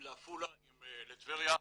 אם לעפולה, אם לטבריה.